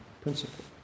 principle